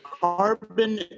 carbon